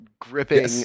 gripping